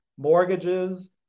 mortgages